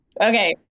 okay